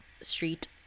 Street